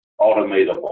automatable